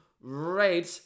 Red